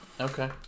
okay